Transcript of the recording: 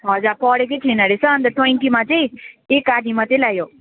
हजुर पढेकै थिएन रहेछ अन्त ट्वेन्टीमा चाहिँ एक आधा मात्रै ल्यायो